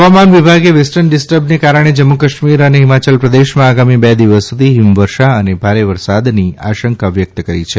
હવામાન વિભાગે વેસ્ટર્ન ડિ સ્ટંબને કારણે જમ્મુ કાશ્મીર અને હિમાચલ પ્રદેશમાં આગામી બે દિવસ સુધી હીમવર્ષા અને ભારે વરસાદની આશંકા વ્યક્ત કરી છે